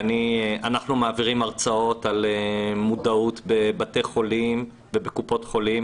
אנחנו מעבירים הרצאות על מודעות בבתי חולים ובקופות חולים,